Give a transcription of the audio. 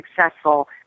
successful